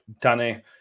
Danny